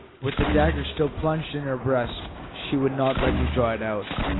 with the dagger still plunged in her breast. she would not let me draw it out.